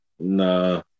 Nah